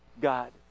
God